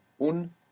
un